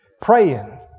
Praying